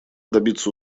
добиться